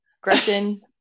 Gretchen